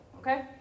okay